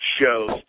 shows